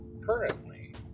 currently